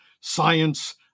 science